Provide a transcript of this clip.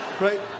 right